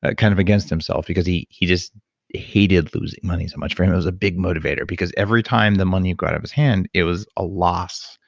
ah kind of against himself, because he he just hated losing money so much. for him it was a big motivator, because every time the money would go out of his hand, it was a loss.